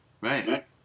right